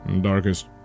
darkest